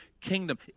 kingdom